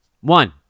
One